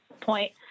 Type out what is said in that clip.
point